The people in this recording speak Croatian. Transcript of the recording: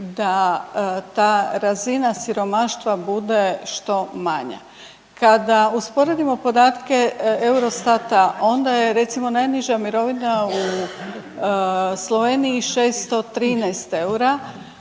da ta razina siromaštva bude što manja. Kada usporedimo podatke Eurostata onda je recimo najniža mirovina u Sloveniji 613 eura